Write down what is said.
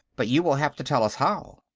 but you will have to tell us how.